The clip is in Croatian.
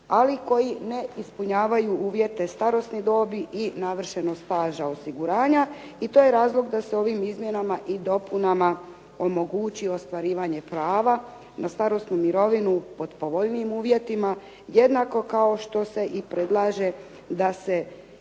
ali koji ne ispunjavaju uvjete starosne dobi i navršenog staža osiguranja. I to je razlog da se ovim izmjenama i dopunama omogući ostvarivanje prava na starosnu mirovinu pod povoljnijim uvjetima jednako kao što se predlaže da se